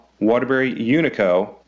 waterburyunico